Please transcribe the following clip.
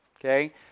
Okay